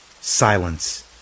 Silence